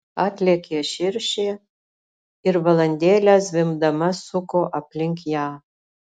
atlėkė širšė ir valandėlę zvimbdama suko aplink ją